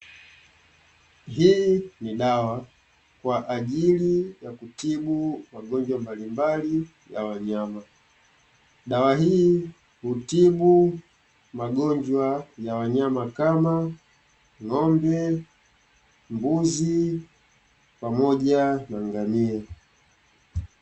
Hii ni dawa kwa ajili ya kutibu magonjwa mbalimbali ya wanyama. Dawa hii hutibu magonjwa ya wanyama kama ng'ombe, mbuzi, pamoja na ngamia.